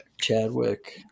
Chadwick